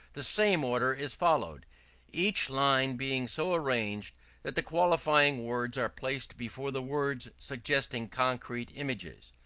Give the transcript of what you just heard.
the same order is followed each line being so arranged that the qualifying words are placed before the words suggesting concrete images.